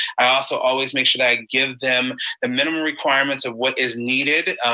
i also always make sure that i give them the minimum requirements of what is needed.